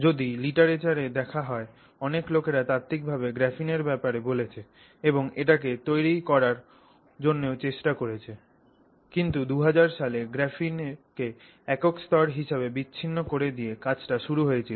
যদি লিটারেচারে দেখা হয় অনেক লোকেরা তাত্ত্বিকভাবে গ্রাফিনের ব্যাপারে বলেছে এবং এটাকে তৈরি করার জন্যেও চেষ্টা করেছে কিন্তু 2004 সালে গ্রাফিনকে একক স্তর হিসাবে বিচ্ছিন্ন করে দিয়ে কাজটি শুরু হয়েছিল